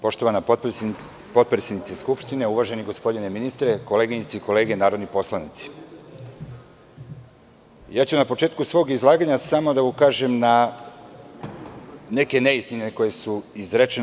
Poštovana potpredsednice Skupštine, uvaženi gospodine ministre, koleginice i kolege narodni poslanici, ja ću na početku svog izlaganja samo da ukažem na neke neistine koje su izrečene.